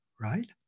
right